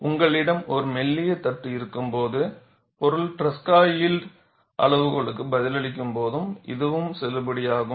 உங்களிடம் ஒரு மெல்லிய தட்டு இருக்கும்போது பொருள் ட்ரெஸ்கா யில்ட் அளவுகோலுக்கு பதிலளிக்கும் போது இதுவும் செல்லுபடியாகும்